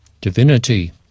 divinity